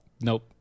Nope